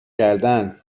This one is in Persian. کردنچی